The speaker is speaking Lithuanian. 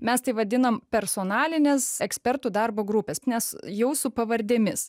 mes tai vadinam personalinės ekspertų darbo grupės nes jau su pavardėmis